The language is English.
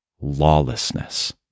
lawlessness